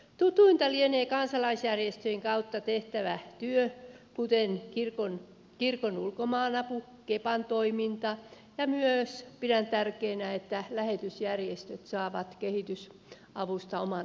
tutuinta lienee kansalaisjärjestöjen kautta tehtävä työ kuten kirkon ulkomaanapu kepan toiminta ja myös pidän tärkeänä että lähetysjärjestöt saavat kehitysavusta oman osuutensa